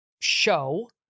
show